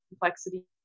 complexity